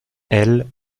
elle